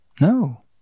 No